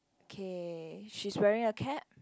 okay she's wearing a cap